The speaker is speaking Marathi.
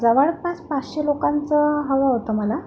जवळपास पाचशे लोकांचं हवं होतं मला